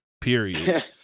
period